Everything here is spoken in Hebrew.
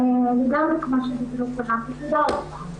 כפי שאמרו קודמותיי.